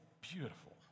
beautiful